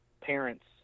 parents